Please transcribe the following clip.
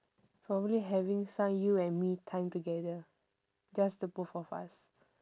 probably having some you and me time together just the both of us